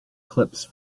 clips